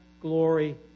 glory